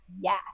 yes